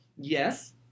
yes